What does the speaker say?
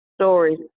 stories